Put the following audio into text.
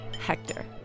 Hector